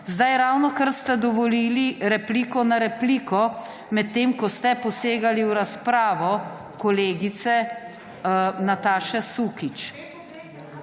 Ravnokar ste dovolili repliko na repliko, medtem ko ste posegali v razpravo kolegice Nataše Sukič.